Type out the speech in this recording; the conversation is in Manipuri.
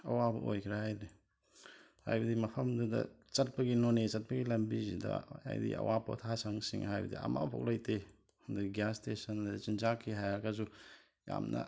ꯑꯋꯥꯕ ꯑꯣꯏꯈ꯭ꯔꯦ ꯍꯥꯏꯗꯤ ꯍꯥꯏꯕꯗꯤ ꯃꯐꯝꯗꯨꯗ ꯆꯠꯄꯒꯤ ꯅꯣꯅꯦ ꯆꯠꯄꯒꯤ ꯂꯝꯕꯤꯁꯤꯗ ꯍꯥꯏꯗꯤ ꯑꯋꯥ ꯄꯣꯊꯥꯁꯪꯁꯤꯡ ꯍꯥꯏꯕꯗꯤ ꯑꯃꯐꯧꯂꯩꯇꯦ ꯑꯗꯒꯤ ꯒ꯭ꯋꯥꯁ ꯁ꯭ꯇꯦꯁꯟꯗ ꯆꯤꯟꯖꯥꯛꯀꯤ ꯍꯥꯏꯔꯒꯁꯨ ꯌꯥꯝꯅ